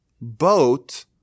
boat